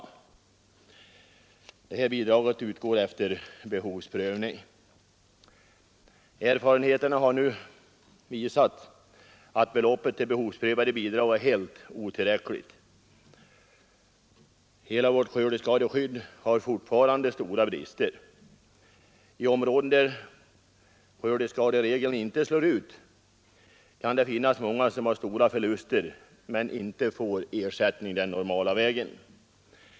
Detta bidrag utgår efter behovsprövning. Erfarenheterna har nu visat att beloppet till behovsprövade bidrag är helt otillräckligt. Hela vårt skördeskadeskydd har fortfarande stora brister. I områden där skördeskaderegeln inte slår ut kan det finnas många som har stora förluster men inte kan få ersättning den normala vägen.